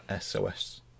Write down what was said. SOS